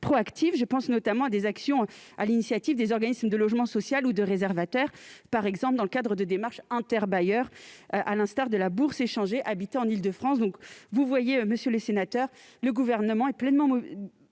Je pense à des actions à l'initiative des organismes de logement social ou de réservataires, par exemple dans le cadre de démarches interbailleurs, à l'instar de la bourse Échanger Habiter en Île-de-France. Vous le voyez, monsieur le sénateur : le Gouvernement est pleinement